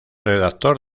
redactor